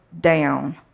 down